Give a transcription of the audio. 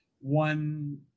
one